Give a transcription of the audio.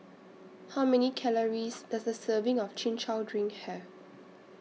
How Many Calories Does A Serving of Chin Chow Drink Have